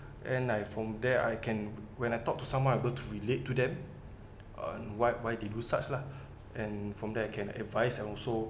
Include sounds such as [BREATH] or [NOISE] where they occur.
then I from there I can when I talk to someone I'm able to relate to them on why why they do such lah [BREATH] and from there I can advise and also